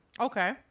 Okay